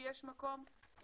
שיש מקום לבחון,